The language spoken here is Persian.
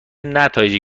نتایجی